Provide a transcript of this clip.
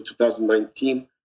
2019